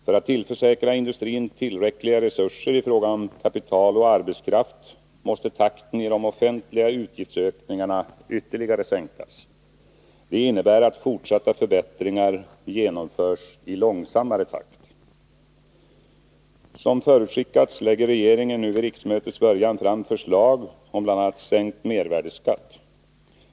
För att tillförsäkra industrin tillräckliga resurser i fråga om kapital och arbetskraft måste takten i de offentliga utgiftsökningarna ytterligare sänkas. Det innebär att fortsatta förbättringar genomförs i långsammare takt. Som förutskickats lägger regeringen nu vid riksmötets början fram förslag om bl.a. sänkt mervärdeskatt.